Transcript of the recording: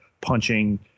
punching